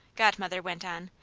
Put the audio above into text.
godmother went on,